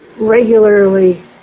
regularly